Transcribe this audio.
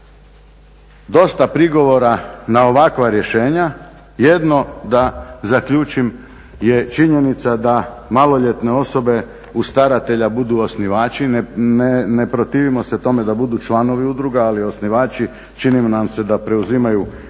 dosta prigovora na ovakva rješenja, jedno da zaključim, je činjenica da maloljetne osobe uz staratelja budu osnivači. Ne protivimo se tome da budu članovi udruga, ali osnivači, čini nam se da preuzimaju obveze